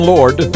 Lord